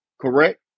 correct